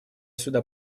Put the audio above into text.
сюда